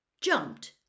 jumped